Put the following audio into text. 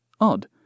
Odd